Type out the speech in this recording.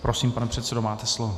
Prosím, pane předsedo, máte slovo.